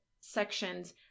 sections